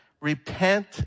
repent